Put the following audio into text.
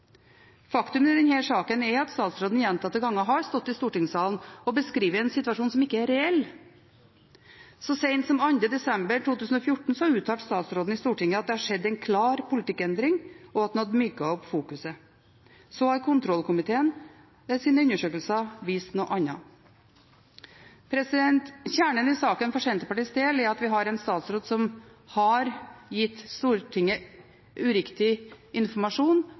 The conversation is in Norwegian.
Faktum i denne saken er at statsråden gjentatte ganger har stått i stortingssalen og beskrevet en situasjon som ikke er reell. Så sent som 2. desember 2014 uttalte statsråden i Stortinget at det hadde skjedd en klar politikkendring, og at en hadde myket opp fokuset. Så har kontrollkomiteens undersøkelser vist noe annet. Kjernen i saken for Senterpartiets del er at vi har en statsråd som har gitt Stortinget uriktig informasjon,